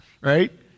right